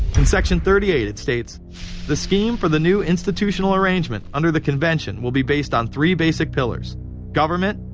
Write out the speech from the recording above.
in section thirty eight, it states the scheme for the new institutional arrangement under the convention will be based on three basic pillars government,